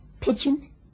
Pigeon